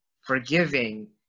forgiving